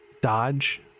Dodge